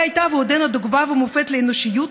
היא הייתה ועודנה דוגמה ומופת לאנושיות,